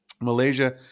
Malaysia